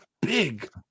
big